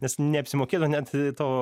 nes neapsimokėtų net to